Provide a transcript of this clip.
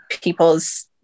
people's